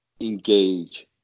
engage